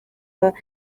baba